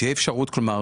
תהיה אפשרות כלומר